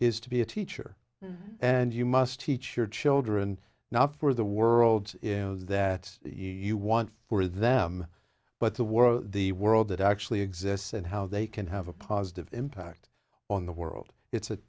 is to be a teacher and you must teach your children now for the world that you want for them but the world the world that actually exists and how they can have a positive impact on the world it's a